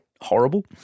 horrible